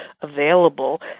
available